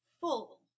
full